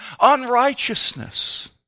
unrighteousness